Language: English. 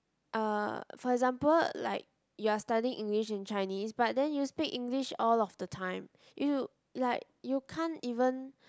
uh for example like you are studying English and Chinese but then you speak English all of the time you like you can't even